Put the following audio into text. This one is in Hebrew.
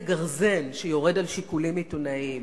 זה גרזן שיורד על שיקולים עיתונאיים,